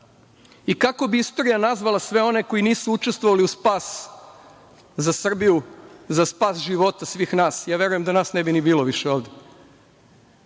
i kako bi istorija nazvala sve one koji nisu učestvovali u spas za Srbiju, za spas života svih nas. Ja verujem da nas ne bi ni bilo više ovde.